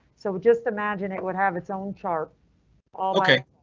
so just imagine it would have its own chart ok?